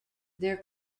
their